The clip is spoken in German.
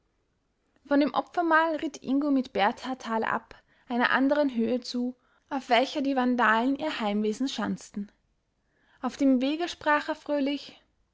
von dem opfermahl ritt ingo mit berthar talab einer anderen höhe zu auf welcher die vandalen ihr heimwesen schanzten auf dem wege sprach er fröhlich